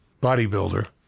bodybuilder